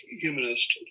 humanist